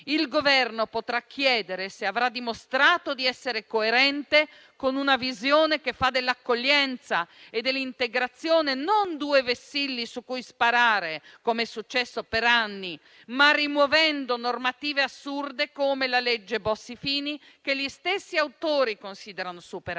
Il Governo potrà chiedere se avrà dimostrato di essere coerente con una visione che fa dell'accoglienza e dell'integrazione non due vessilli su cui sparare, com'è successo per anni, ma rimuovendo normative assurde, come la legge Bossi-Fini, che gli stessi autori considerano superata.